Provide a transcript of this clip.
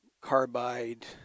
Carbide